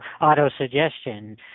auto-suggestion